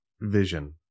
vision